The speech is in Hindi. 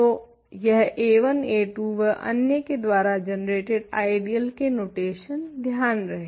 तो यह a1 a2 व अन्य के द्वारा जनरेटेड आइडियल के नोटेशन ध्यान रहे